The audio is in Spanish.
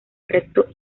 recto